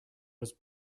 was